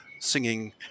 singing